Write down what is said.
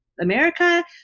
America